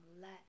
let